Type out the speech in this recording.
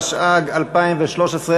התשע"ג 2013,